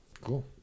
Cool